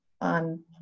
on